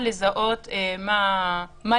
מעבר לזה, אני